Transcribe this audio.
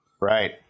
Right